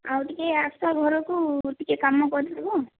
ଆଉ ଟିକେ ଆସ ଘରକୁ ଟିକେ କାମ କରିଦେବ